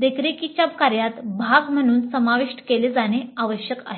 देखरेखीच्या कार्यात भाग म्हणून समाविष्ट केले जाणे आवश्यक आहे